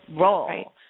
role